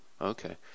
Okay